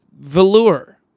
velour